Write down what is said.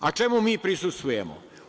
A, čemu mi prisustvujemo?